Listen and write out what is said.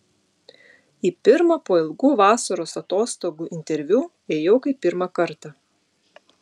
į pirmą po ilgų vasaros atostogų interviu ėjau kaip pirmą kartą